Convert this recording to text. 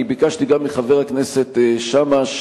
אני ביקשתי גם מחבר הכנסת שאמה,